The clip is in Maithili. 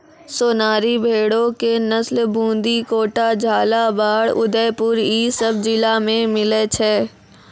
सोनारी भेड़ो के नस्ल बूंदी, कोटा, झालाबाड़, उदयपुर इ सभ जिला मे मिलै छै